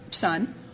son